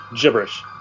gibberish